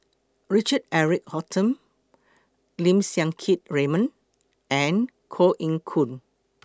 Richard Eric Holttum Lim Siang Keat Raymond and Koh Eng Hoon